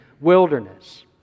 wilderness